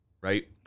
right